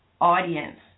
audience